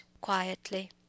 quietly